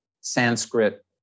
Sanskrit